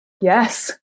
Yes